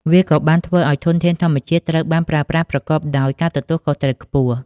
វាក៏បានធ្វើឲ្យធនធានធម្មជាតិត្រូវបានប្រើប្រាស់ប្រកបដោយការទទួលខុសត្រូវខ្ពស់។